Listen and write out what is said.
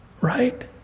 Right